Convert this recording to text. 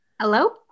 hello